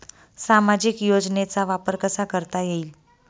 सामाजिक योजनेचा वापर कसा करता येईल?